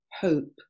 hope